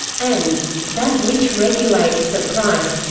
and that which regulates the price.